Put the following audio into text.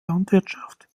landwirtschaft